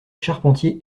charpentiers